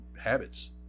habits